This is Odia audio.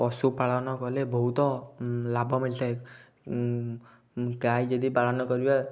ପଶୁପାଳନ କଲେ ବହୁତ ଲାଭ ମିଳିଥାଏ ଗାଈ ଯଦି ପାଳନ କରିବା